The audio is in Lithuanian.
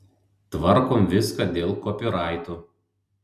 tvarkom viską dėl kopiraitų